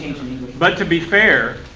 but to be fair,